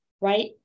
right